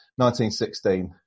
1916